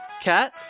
Cat